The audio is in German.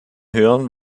hören